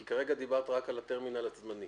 כי כרגע דיברת רק על הטרמינל הזמני.